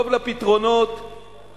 טוב לפתרונות,